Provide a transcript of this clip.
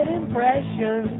impression